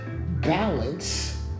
balance